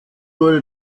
wurde